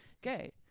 gay